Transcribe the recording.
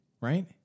right